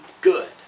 good